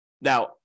Now